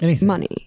money